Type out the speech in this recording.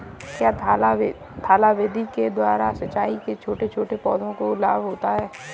क्या थाला विधि के द्वारा सिंचाई से छोटे पौधों को लाभ होता है?